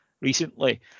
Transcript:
recently